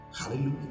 Hallelujah